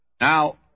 Now